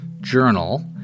Journal